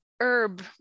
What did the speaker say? herb